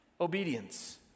obedience